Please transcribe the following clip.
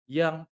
yang